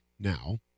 Now